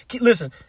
Listen